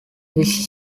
this